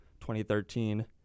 2013